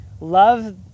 Love